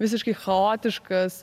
visiškai chaotiškas